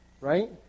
right